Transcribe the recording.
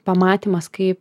pamatymas kaip